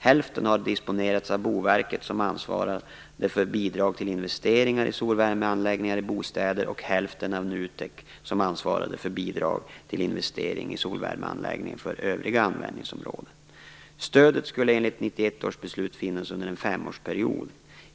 Hälften har disponerats av 1991 års beslut finnas under en femårsperiod.